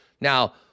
Now